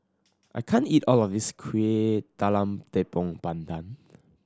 I can't eat all of this Kuih Talam Tepong Pandan